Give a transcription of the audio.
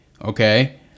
Okay